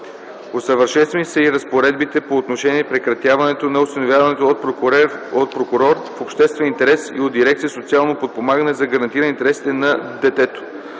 усъвършенствани са и разпоредбите по отношение прекратяването на осиновяването от прокурор в обществен интерес и от Дирекция „Социално подпомагане” за гарантиране интересите на детето.